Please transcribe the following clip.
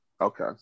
okay